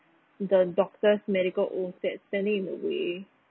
the doctor's medical oath that's standing in the way